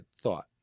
thought